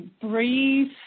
breathe